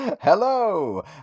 Hello